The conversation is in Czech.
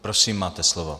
Prosím, máte slovo.